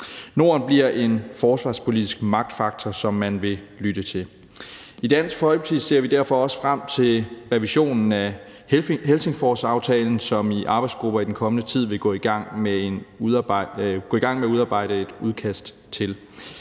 Norden bliver en forsvarspolitisk magtfaktor, som man vil lytte til. I Dansk Folkeparti ser vi derfor også frem til revisionen af Helsingforsaftalen, som en arbejdsgruppe i den kommende tid vil gå i gang med at udarbejde et udkast til.